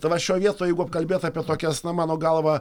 tai va šioj vietoj jeigu apkalbėt apie tokias na mano galva